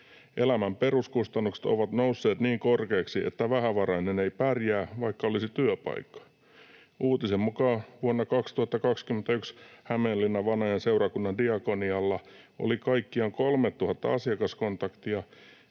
Elämän peruskustannukset ovat nousseet niin korkeiksi, että vähävarainen ei pärjää, vaikka olisi työpaikka. Uutisen mukaan vuonna 2021 Hämeenlinna-Vanajan seurakunnan diakonialla oli kaikkiaan 3 000 asiakaskontaktia,